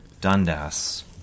Dundas